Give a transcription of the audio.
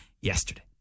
yesterday